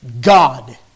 God